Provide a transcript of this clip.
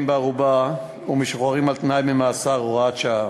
בערובה ומשוחררים על-תנאי ממאסר (הוראת שעה)